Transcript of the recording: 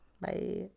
Bye